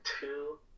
two